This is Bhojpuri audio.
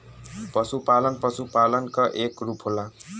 पसुपालन पसुपालन क एक रूप होला